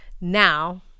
Now